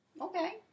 Okay